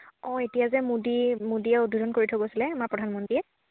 অঁ এতিয়া যে মোডী মোডীয়ে উদ্বোধন কৰি থৈ গৈছিল আমাৰ প্ৰধানমন্ত্ৰীয়ে